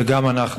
וגם אנחנו,